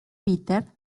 peter